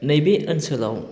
नैबे ओनसोलाव